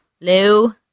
Lou